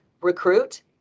recruit